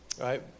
right